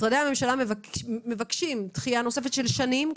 משרדי הממשלה מבקשים דחייה נוספת של שנים,